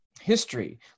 history